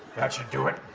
that should do it.